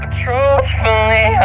Truthfully